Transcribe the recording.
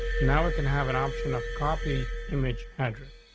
now we can have an option of copy image address,